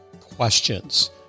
questions